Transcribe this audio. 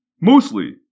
mostly